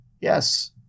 Yes